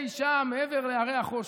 אי שם מעבר להרי החושך.